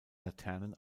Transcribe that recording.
laternen